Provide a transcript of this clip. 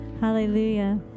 Hallelujah